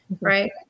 right